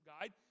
guide